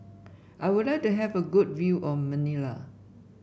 I would like to have a good view of Manila